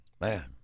Man